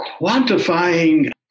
quantifying